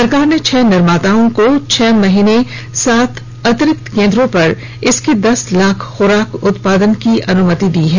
सरकार ने छह निर्माताओं को हर महीने सात अतिरिक्त केंद्रों पर इसकी दस लाख खुराक उत्पादन करने की अनुमति दी है